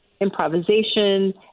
improvisation